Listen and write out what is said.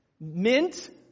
Mint